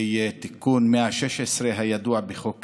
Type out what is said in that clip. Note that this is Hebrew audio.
תיקון 116, הידוע בחוק קמיניץ.